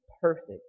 perfect